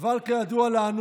אבל כידוע לנו,